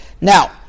Now